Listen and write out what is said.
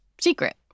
secret